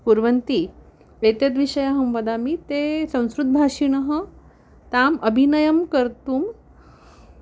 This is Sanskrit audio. कुर्वन्ति एतद्विषये अहं वदामि ते संस्कृतभाषिणः ताम् अभिनयं कर्तुं